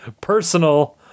personal